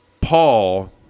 Paul